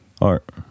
Art